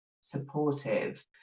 supportive